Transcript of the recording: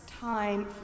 Time